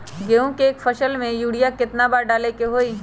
गेंहू के एक फसल में यूरिया केतना बार डाले के होई?